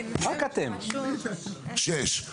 שישה.